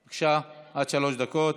בבקשה, עד שלוש דקות.